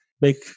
make